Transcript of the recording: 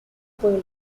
puebla